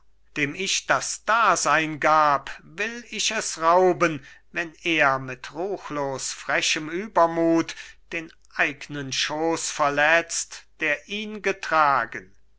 dem ich das dasein gab will ich es rauben wenn er mit ruchlos frechem übermut den eignen schoß verletzt der ihn getragen